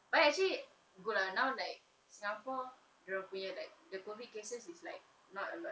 but actually good lah now like singapore dia punya like the COVID cases is like not a lot